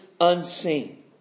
unseen